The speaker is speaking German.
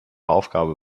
aufgabe